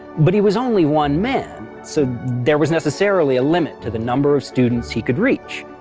but he was only one man, so there was necessarily a limit to the number of students he could reach,